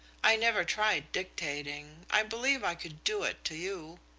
i never tried dictating. i believe i could do it to you.